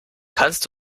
kannst